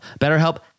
BetterHelp